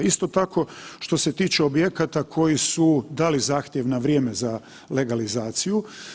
Isto tako što se tiče objekata koji su dali zahtjev na vrijeme za legalizaciju.